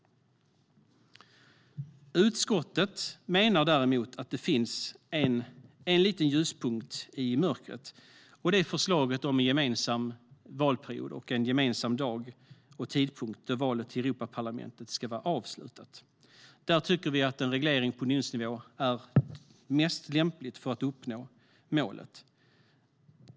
Utskottet menar däremot att det finns en liten ljuspunkt i mörkret, och det är förslaget om en gemensam valperiod och en gemensam dag och tidpunkt då valet till Europaparlamentet ska vara avslutat. Där tycker vi att en reglering på unionsnivå är mest lämpligt för att uppnå målet.